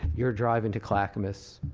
you are driving to clackamas,